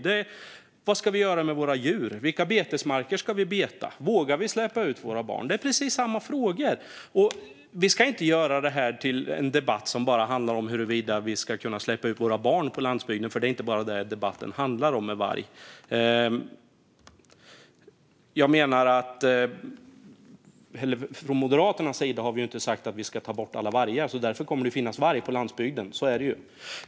Det handlar om vad människor ska göra med sina djur och vilka betesmarker som ska betas. Vågar man släppa ut sina barn? Det är precis samma frågor. Vi ska inte göra det här till en debatt som bara handlar om huruvida vi ska kunna släppa ut våra barn på landsbygden, för det är inte bara detta som vargdebatten handlar om. Från Moderaternas sida har vi inte sagt att alla vargar ska tas bort, så det kommer att finnas varg på landsbygden - så är det ju.